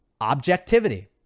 objectivity